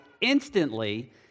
instantly